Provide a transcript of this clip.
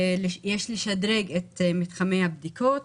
יש לשדרג את מבחני הבדיקות,